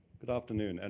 good afternoon. and